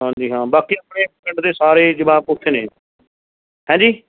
ਹਾਂਜੀ ਹਾਂ ਬਾਕੀ ਆਪਣੇ ਪਿੰਡ ਦੇ ਸਾਰੇ ਜਵਾਕ ਉੱਥੇ ਨੇ ਹੈਂਜੀ